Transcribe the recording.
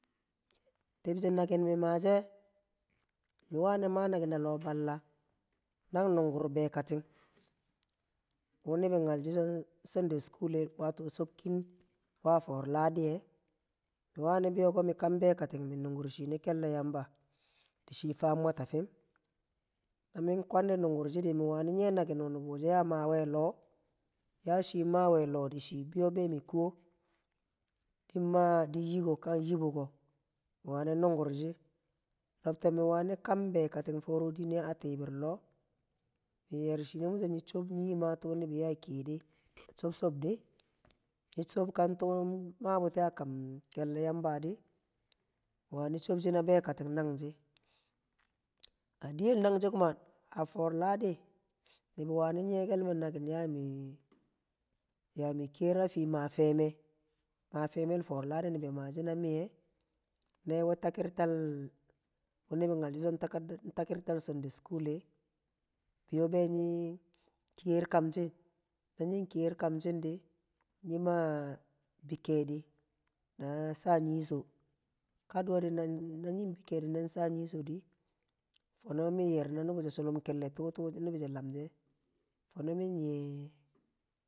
Tibshe nakin mi maa she mi wani maa nakin alo balla nang nungur bekatin, wu ibi nyalshi so sundays school, wato shokin waa to ladi e̱ mi wani biyoko mi kam bekattim mi nugurshi me kelle yamba, dishi faam nwata fim na min kwadi nungur shidi mi wani nye na kin wu nubu she ya maa we alo, yashi mawe lo dishi biyo be mi nko. nin maa dum yii ko din nyi ko mi wani nungurshi lobtok mi wani kam bekatim fore dine a tii bir lo, mi yer shine mi so nyi chob nyi maa tuu nibi ya keyede chob chobde nyi chob kan tuu maa buti a kam kelle yamba di mi wani chosi na bekatir nangshi a diyel nangshi kuma a foor ladi nibi wani neekel me nakin yaa mi yami kiyer a fii maa feeme a fii maa feemel foor ladi nibi ma shina miye newe taki̱rtal wu nibi nyalshi so takad taki̱rtal sundays school be be nyi ker kamshi̱n na nying kiye kamshi̱n di, nyi maa bi keedi na sha nyiso kaduwe, dina na nyi bi keedi na saa nyiso dii fon mi yer na nubushe tu- tu nu bushe lamshe fono mi nye.